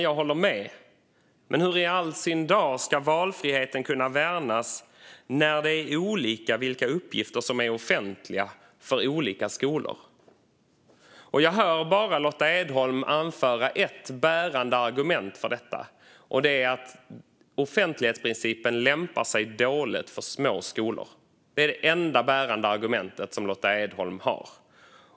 Jag håller med, men hur i all sin dar ska valfriheten kunna värnas när det är olika uppgifter som är offentliga för olika skolor? Jag hör bara Lotta Edholm framföra ett enda bärande argument för detta, och det är att offentlighetsprincipen lämpar sig dåligt för små skolor. Det är det enda bärande argumentet som Lotta Edholm har.